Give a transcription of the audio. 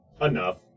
enough